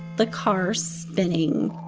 the car spinning.